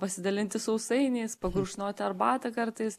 pasidalinti sausainiais pagurkšnoti arbatą kartais